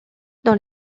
dans